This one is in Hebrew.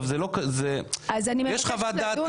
יש חוות דעת